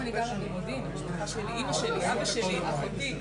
שהם כבר עם שפה שמתאימה לעולם העסקים,